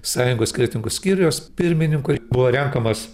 sąjungos kretingos skyriaus pirmininku buvo renkamas